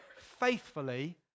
faithfully